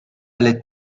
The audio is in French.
allait